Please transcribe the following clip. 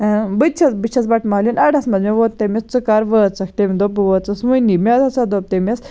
بہٕ تہِ چھَس بہٕ چھَس بَٹہٕ مالیُن اَڈَس مَنٛز مےٚ ووٚن تمِس ژٕ کر وٲژٕکھ تمۍ دوٚپ بہٕ وٲژٕس وٕنی مےٚ ہَسا دوٚپ تمِس